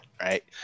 right